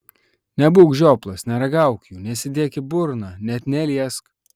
nebūk žioplas neragauk jų nesidėk į burną net neliesk